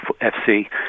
FC